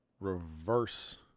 reverse